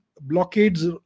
blockades